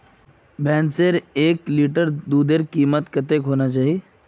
भैंसेर एक लीटर दूधेर कीमत कतेक होना चही?